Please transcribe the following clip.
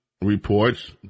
reports